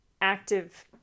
active